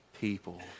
people